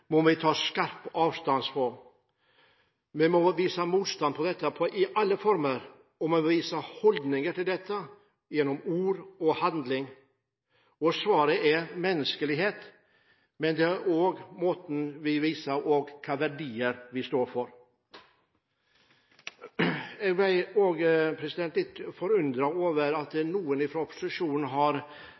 vi må vise holdninger til dette gjennom ord og handling. Svaret er menneskelighet, men det er også måten vi viser hvilke verdier vi står for på. Jeg ble litt forundret over at noen fra opposisjonen har